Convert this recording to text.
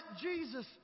Jesus